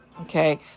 Okay